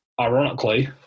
Ironically